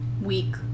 week